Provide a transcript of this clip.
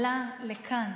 עלה לכאן